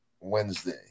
wednesday